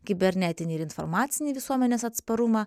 kibernetinį ir informacinį visuomenės atsparumą